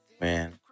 Man